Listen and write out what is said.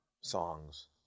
songs